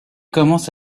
commence